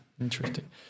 Interesting